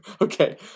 Okay